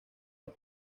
los